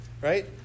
Right